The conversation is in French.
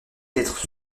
être